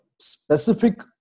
Specific